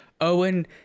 Owen